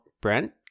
Brent